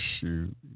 shoot